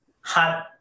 hot